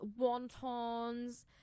wontons